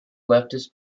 leftist